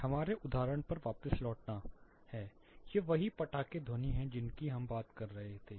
तब ध्वनि माप का उपयोग करने के बजाय आप 3 हर्ट्ज 5 हर्ट्ज और उस सब की तरह वास्तव में कम आवृत्ति के लिए कंपन माप कर रहे होंगे